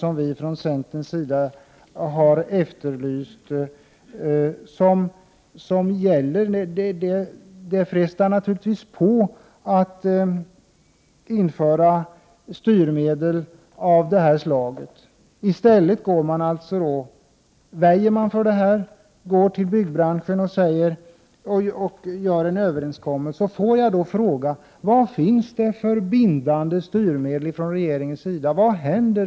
Det frestar naturligtvis på att införa styrmedel av olika slag. I stället väjer man för sådant, går till byggbranschen och gör en överenskommelse. Får jag fråga: Vad finns det för bindande styrmedel från regeringens sida? Vad händer?